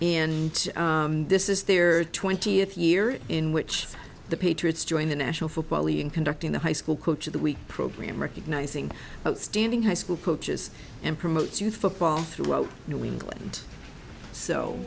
and this is there are twenty if year in which the patriots joined the national football league in conducting the high school coach of the week program recognizing outstanding high school coaches and promotes youth football throughout new england so